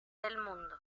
world